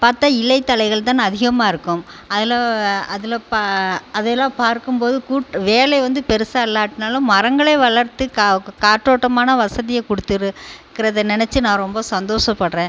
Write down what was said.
பார்த்தா இலைதழைகள் தான் அதிகமாக இருக்கும் அதில் அதில் ப அதெல்லாம் பார்க்கும் போது கூ வேலை வந்து பெருசாக இல்லாட்டினாலும் மரங்களை வளர்த்து காற்றோட்டமான வசதியை கொடுத்துரு க்குறத நினச்சி நான் ரொம்ப சந்தோஷப்படுறேன்